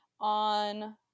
On